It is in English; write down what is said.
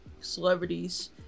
celebrities